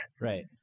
Right